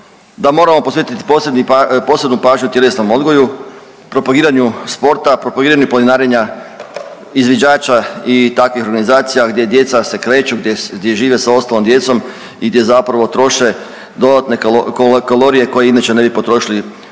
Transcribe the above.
da moramo posvetit posebnu pažnju tjelesnom odgoju, propagiranju sporta, propagiranju planinarenja, izviđača i takvih organizacija gdje djeca se kreću, gdje žive sa ostalom djecom i gdje zapravo troše dodatne kalorije koje inače ne bi potrošili kod